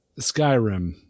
skyrim